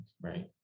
right